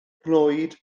nghlwyd